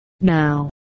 Now